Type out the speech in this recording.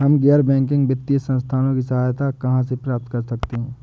हम गैर बैंकिंग वित्तीय संस्थानों की सहायता कहाँ से प्राप्त कर सकते हैं?